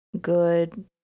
good